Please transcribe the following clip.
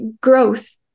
growth